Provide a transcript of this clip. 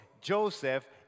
Joseph